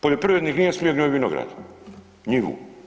Poljoprivrednik nije smio u vinograd, njivu.